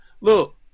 look